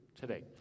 today